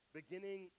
beginning